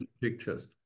pictures